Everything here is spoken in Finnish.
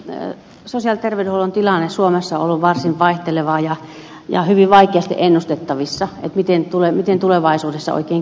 sosiaali ja terveydenhuollon tilanne suomessa on ollut varsin vaihtelevaa ja on ollut hyvin vaikeasti ennustettavissa miten tulevaisuudessa oikein käy